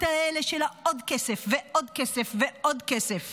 האלה של עוד כסף ועוד כסף ועוד כסף